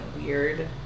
weird